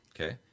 okay